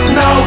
no